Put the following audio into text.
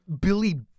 Billy